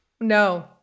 no